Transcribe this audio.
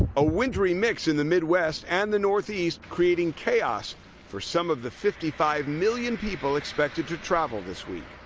a wintry mix in the midwest and the northeast creating chaos for some of the fifty five million people expected to travel this week.